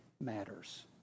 matters